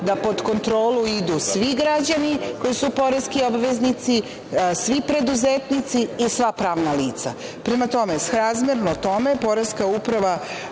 da pod kontrolu idu svi građani koji su poreski obveznici, svi preduzetnici i sva pravna lica. Srazmerno tome, Poreska uprava